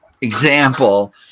example